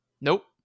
nope